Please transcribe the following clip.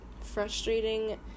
frustrating